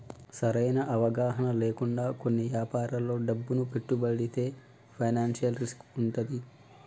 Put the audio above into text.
సరైన అవగాహన లేకుండా కొన్ని యాపారాల్లో డబ్బును పెట్టుబడితే ఫైనాన్షియల్ రిస్క్ వుంటది